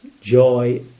joy